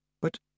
But